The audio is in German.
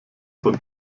von